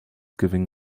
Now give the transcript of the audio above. given